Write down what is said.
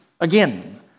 again